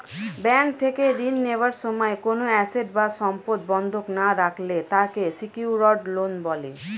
bank থেকে ঋণ নেওয়ার সময় কোনো অ্যাসেট বা সম্পদ বন্ধক না রাখলে তাকে সিকিউরড লোন বলে